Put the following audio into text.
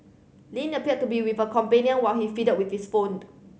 Lin appeared to be with a companion while he fiddled with his boned